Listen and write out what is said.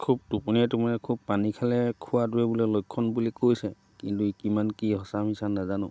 খুব টোপনিয়াই টোপনিয়াই খুব পানী খালে খোৱাতোৱে বোলে লক্ষণ বুলি কৈছে কিন্তু ই কিমান কি সঁচা মিচা নাজানো